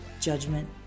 Judgment